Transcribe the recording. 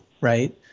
right